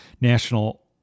national